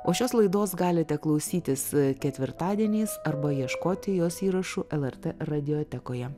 o šios laidos galite klausytis ketvirtadieniais arba ieškoti jos įrašų lrt radiotekoje